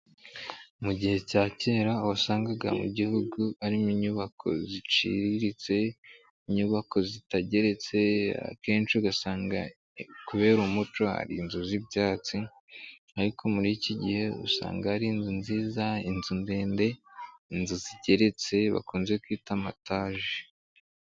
Mu gihe cya kera wasangaga mu gihugu harimo inyubako ziciriritse, inyubako zitageretse akenshi ugasanga kubera umuco ari inzu z'ibyatsi ariko muri iki gihe usanga ari inzu nziza inzu ndende inzu zigeretse bakunze kwita mataje.